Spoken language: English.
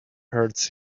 hurts